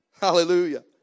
Hallelujah